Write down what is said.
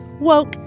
Woke